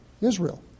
Israel